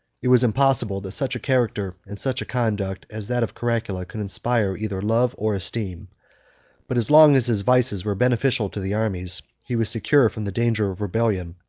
it was impossible that such a character, and such conduct as that of caracalla, could inspire either love or esteem but as long as his vices were beneficial to the armies, he was secure from the danger of rebellion.